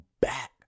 back